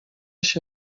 się